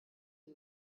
die